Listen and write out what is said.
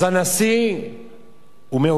אז הנשיא מעורב,